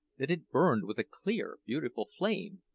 that it burned with a clear, beautiful flame,